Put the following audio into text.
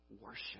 worship